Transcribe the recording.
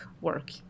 work